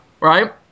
right